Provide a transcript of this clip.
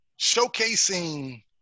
showcasing